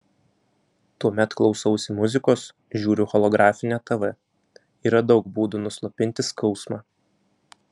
tuomet klausausi muzikos žiūriu holografinę tv yra daug būdų nuslopinti skausmą